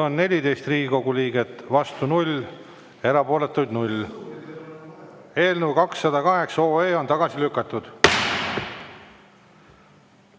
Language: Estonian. on 14 Riigikogu liiget, vastu 0, erapooletuid 0. Eelnõu 208 on tagasi lükatud.